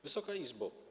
Wysoka Izbo!